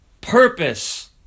purpose